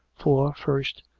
for, first,